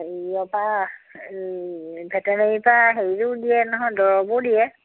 হেৰিয়ৰপৰা ভেটেনেৰিৰপৰা হেৰিও দিয়ে নহয় দৰৱো দিয়ে